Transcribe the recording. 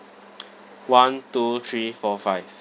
one two three four five